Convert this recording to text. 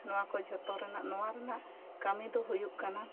ᱱᱚᱣᱟ ᱠᱚ ᱡᱷᱚᱛᱚ ᱨᱮᱱᱟᱜ ᱱᱚᱣᱟ ᱨᱮᱱᱟᱜ ᱠᱟᱹᱢᱤ ᱫᱚ ᱦᱩᱭᱩᱜ ᱠᱟᱱᱟ